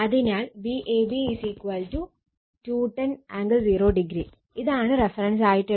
അതിനാൽ Vab 210 angle 0o ഇതാണ് റഫറൻസായിട്ട് എടുക്കേണ്ടത്